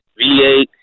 v8